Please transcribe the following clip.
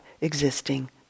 existing